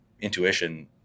intuition